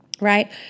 right